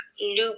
loop